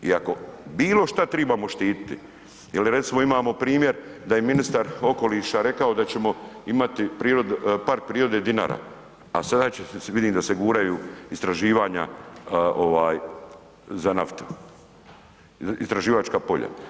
I ako bilo šta trebamo štititi, jel recimo imamo primjer da je ministar okoliša rekao da ćemo imati Park prirode Dinara, a sada vidim da se guraju istraživanja za naftu, istraživačka polja.